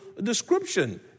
description